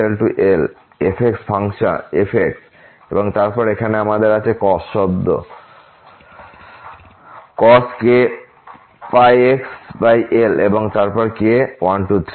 এটি 1l হয় এবং তারপর -l to l f এবং তারপর এখানে আমাদের এখানে cos শব্দ আছে cos kπxl এবং তারপর k 123